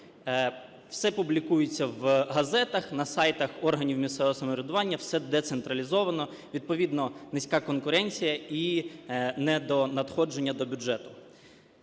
Все публікується в газетах, на сайтах органів місцевого самоврядування, все децентралізовано. Відповідно, низька конкуренція і недонадходження до бюджету.